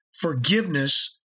forgiveness